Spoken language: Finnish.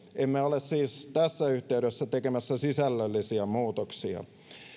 emme ole siis tässä yhteydessä tekemässä sisällöllisiä muutoksia